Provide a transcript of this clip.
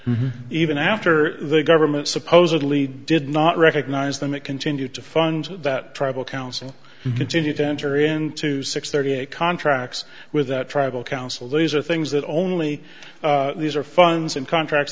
even after the government supposedly did not recognize them and continue to fund that tribal council continue to enter into six thirty eight contracts with that tribal council these are things that only these are funds and contracts